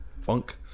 funk